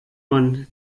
man